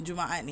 jumaat ni